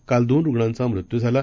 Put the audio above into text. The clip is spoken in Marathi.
कालदोनरुग्णांचामृत्यूझाला